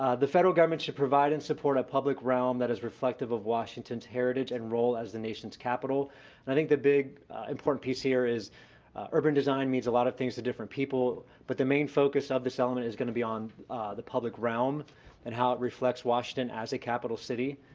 ah the federal government should provide and support a public realm that is reflective of washington's heritage and role as the nation's capitol, and i think the big important piece here is urban design means a lot of things to different people, but the main focus of this element is going to be on the public realm and how it reflects washington as a capitol city.